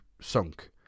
sunk